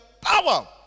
power